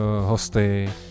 hosty